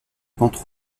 pentes